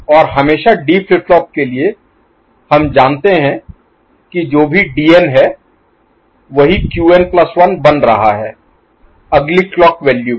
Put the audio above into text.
और हमेशा D flip flop के लिए हम जानते हैं कि जो भी Dn है वही क्यूएन प्लस 1 Qn1बन रहा है अगली क्लॉक वैल्यू पर